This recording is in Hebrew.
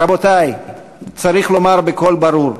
רבותי, צריך לומר בקול ברור: